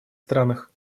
странах